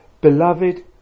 Beloved